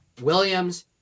Williams